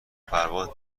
پرواز